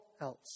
else